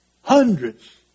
Hundreds